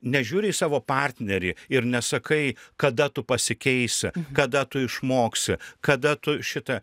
nežiūri į savo partnerį ir nesakai kada tu pasikeisi kada tu išmoksi kada tu šitą